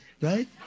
Right